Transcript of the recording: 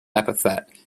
epithet